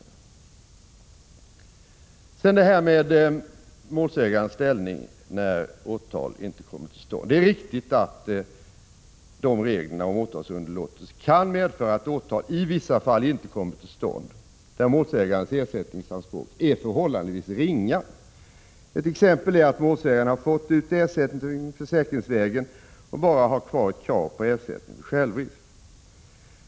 Jag vill också ta upp frågan om målsägandens ställning när åtal inte kommer till stånd. Det är riktigt att reglerna om åtalsunderlåtelse kan medföra att åtal i vissa fall inte kommer till stånd, när målsägandens ersättningsanspråk är förhållandevis ringa. Ett exempel är att målsäganden har fått ut ersättning försäkringsvägen och bara har kvar ett krav på ersättning för självrisk.